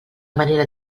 manera